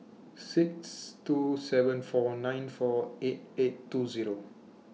six two seven four nine four eight eight two Zero